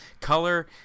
Color